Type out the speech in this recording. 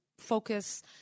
focus